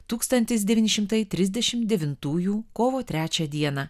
tūkstantis devyni šimtai trisdešimt devintųjų kovo trečią dieną